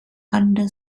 under